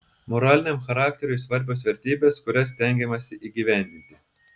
moraliniam charakteriui svarbios vertybės kurias stengiamasi įgyvendinti